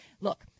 Look